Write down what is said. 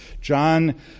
John